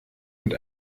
mit